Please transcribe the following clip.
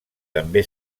també